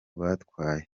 batwaye